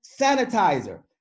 sanitizer